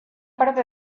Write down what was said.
parte